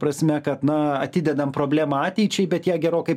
prasme kad na atidedam problemą ateičiai bet ją gerokai